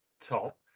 top